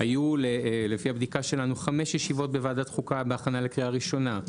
היו לפי הבדיקה שלנו חמש ישיבות בוועדת החוקה בהכנה לקריאה ראשונה,